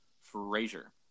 Frazier